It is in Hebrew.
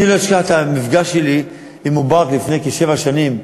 אני לא אשכח את המפגש שלי עם מובארק לפני כשבע שנים,